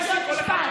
יש לי עוד משפט.